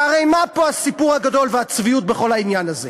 והרי מה פה הסיפור הגדול והצביעות בכל העניין הזה?